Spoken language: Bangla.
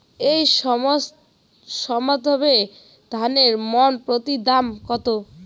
এই সপ্তাহে ধানের মন প্রতি দাম কত?